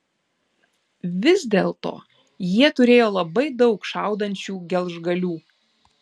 vis dėlto jie turėjo labai daug šaudančių gelžgalių